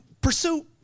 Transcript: pursue